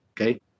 Okay